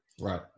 Right